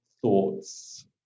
thoughts